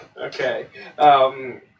Okay